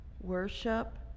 worship